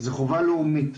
זה חובה לאומית.